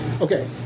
Okay